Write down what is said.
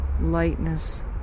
lightness